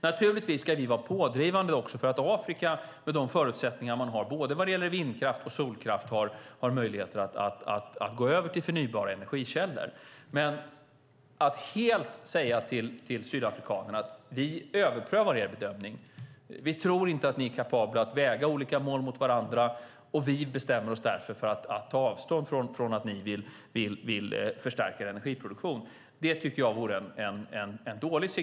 Naturligtvis ska vi pådrivande också för att Afrika, med de förutsättningar man har vad gäller både vindkraft och solkraft, ska ha möjligheter att gå över till förnybara energikällor. Men jag tycker att det vore en dålig signal till sydafrikanerna att säga att vi överprövar deras bedömning, att vi tror att de inte är kapabla att väga olika mål mot varandra och att vi därför bestämmer oss för att ta avstånd från att de vill förstärka sin energiproduktion.